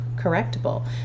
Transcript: correctable